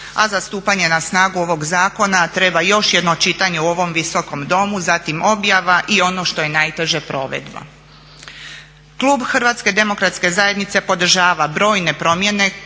a za stupanje na snagu ovog zakona treba još jedno čitanje u ovom Visokom domu, zatim objava i ono što je najteže provedba. Klub HDZ-a podržava brojne promjene